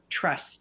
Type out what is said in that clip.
trust